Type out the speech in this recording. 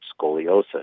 scoliosis